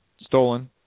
Stolen